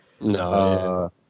No